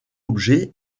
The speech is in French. objets